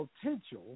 potential